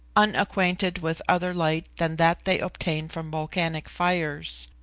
unacquainted with other light than that they obtain from volcanic fires,